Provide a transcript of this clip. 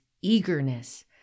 eagerness